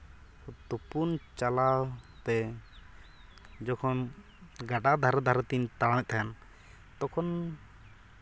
ᱛᱩᱯᱩᱱ ᱪᱟᱞᱟᱣ ᱛᱮ ᱡᱚᱠᱷᱚᱱ ᱜᱟᱰᱟ ᱫᱷᱟᱨᱮ ᱫᱷᱟᱨᱮ ᱛᱤᱧ ᱛᱟᱲᱟᱢᱮᱫ ᱛᱟᱦᱮᱱ ᱛᱚᱠᱷᱚᱱ